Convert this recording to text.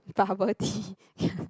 bubble tea